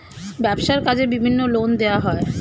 ব্যবসার কাজে বিভিন্ন লোন দেওয়া হয়